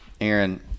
Aaron